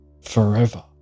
forever